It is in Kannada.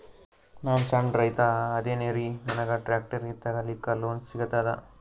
ನಾನ್ ಸಣ್ ರೈತ ಅದೇನೀರಿ ನನಗ ಟ್ಟ್ರ್ಯಾಕ್ಟರಿ ತಗಲಿಕ ಲೋನ್ ಸಿಗತದ?